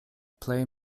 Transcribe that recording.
plej